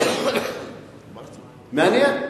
מעניין.